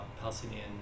Palestinian